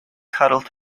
cuddled